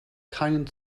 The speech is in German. keinen